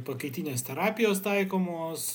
pakaitinės terapijos taikomos